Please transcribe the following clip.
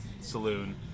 saloon